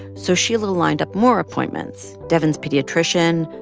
so sheila lined up more appointments devyn's pediatrician,